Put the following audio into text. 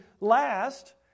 last